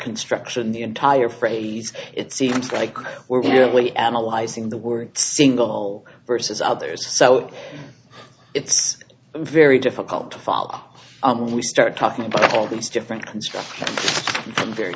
construction the entire phrase it seems like we're fairly analyzing the word single versus others so it's very difficult to follow up and we start talking about all these different constructs and very